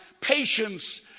patience